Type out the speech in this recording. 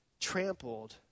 trampled